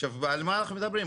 עכשיו, על מה אנחנו מדברים?